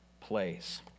place